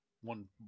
one